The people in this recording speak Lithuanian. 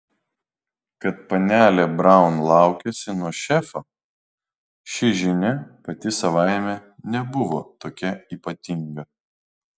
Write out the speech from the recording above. kad panelė braun laukiasi nuo šefo ši žinia pati savaime nebuvo tokia ypatinga